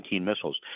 missiles